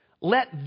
let